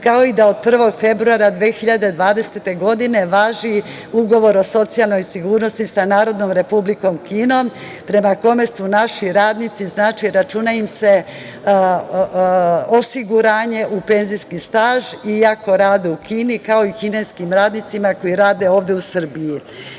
kao i da od 1. februara 2020. godine važi Ugovor o socijalnoj sigurnosti sa Narodnom Republikom Kinom prema tome se našim radnicima računa osiguranje u penzijski staž iako rade u Kini, kao i kineskim radnicima koji rade ovde u